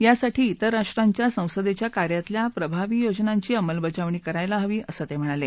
याकरता विर राष्ट्रांच्या संसदेच्या कार्यातल्या प्रभावी योजनांची अंमलबजावणी करायला हवी असं ते म्हणाले